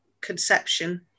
conception